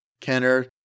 Kenner